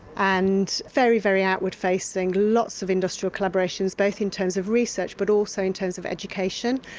and very, very outward facing, lots of industrial collaborations, both in terms of research but also in terms of education.